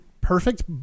perfect